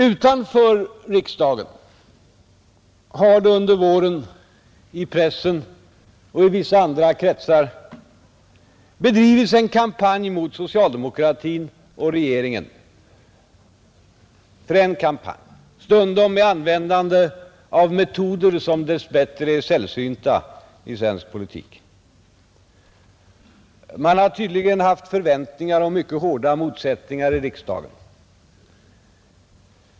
Utanför riksdagen har det under våren i pressen och i vissa andra kretsar bedrivits en frän kampanj mot socialdemokratin och regeringen, stundom med användande av metoder som dess bättre är sällsynta i svensk politik. Man har tydligen haft förväntningar på mycket hårda motsättningar i riksdagen.